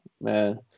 man